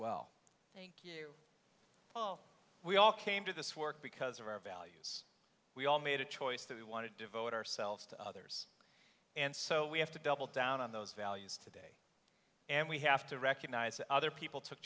well thank you we all came to this work because of our values we all made a choice that we want to devote ourselves to others and so we have to double down on those values today and we have to recognize that other people took